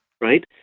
right